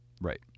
Right